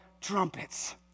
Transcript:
trumpets